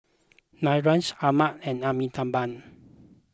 Niraj Anand and Amitabh